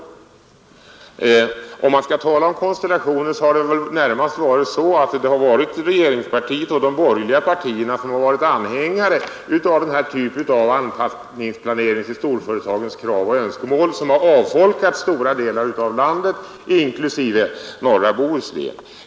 67 Om man skall tala om konstellationer, så har det väl närmast varit regeringspartiet och de borgerliga partierna som varit anhängare av den här typen av anpassning av planeringen efter storföretagens krav och önskemål, vilket har avfolkat stora delar av landet inklusive norra Bohuslän.